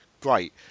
Great